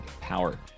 power